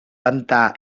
pantà